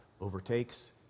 overtakes